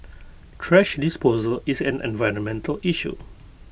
thrash disposal is an environmental issue